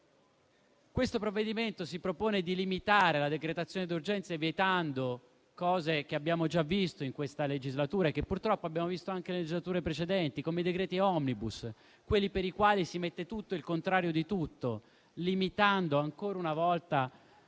Questo provvedimento si propone di limitare la decretazione d'urgenza vietando cose che abbiamo già visto in questa legislatura e che purtroppo abbiamo visto anche in legislature precedenti, come i decreti *omnibus*, quelli per i quali si mette tutto e il contrario di tutto, limitando ancora una volta